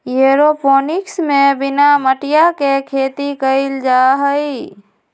aeroponics में बिना मटिया के खेती कइल जाहई